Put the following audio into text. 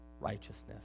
righteousness